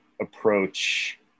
approach